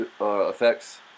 effects